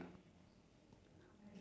fish right the fish right